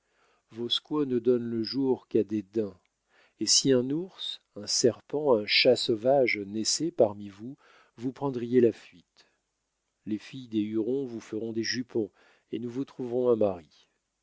vos squaws ne donnent le jour qu'à des daims et si un ours un serpent un chat sauvage naissait parmi vous vous prendriez la fuite les filles des hurons vous feront des jupons et nous vous trouverons un mari